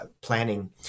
planning